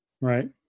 Right